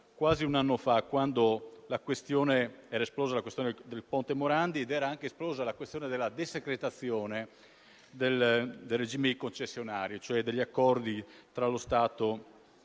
quasi un anno fa, quando era esplosa la questione del Ponte Morandi nonché la questione della desecretazione del regime di concessionario, e cioè degli accordi tra lo Stato e